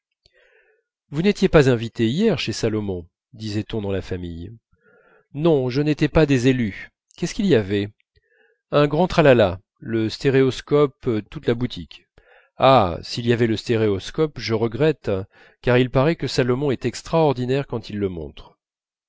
vous n'étiez pas invité hier chez salomon disait-on dans la famille non je n'étais pas des élus qu'est-ce qu'il y avait un grand tralala le stéréoscope toute la boutique ah s'il y avait le stéréoscope je regrette car il paraît que salomon est extraordinaire quand il le montre